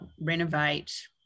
renovate